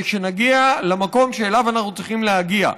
שנגיע למקום שאליו אנחנו צריכים להגיע.